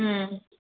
ꯎꯝ